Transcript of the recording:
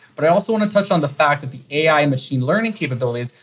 but i also want to touch on the fact that the ai machine learning capabilities,